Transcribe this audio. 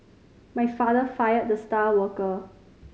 my father fired the star worker